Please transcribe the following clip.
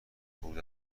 خروج